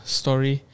story